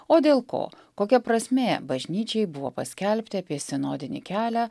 o dėl ko kokia prasmė bažnyčiai buvo paskelbti apie sindinį kelią